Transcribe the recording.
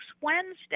Wednesday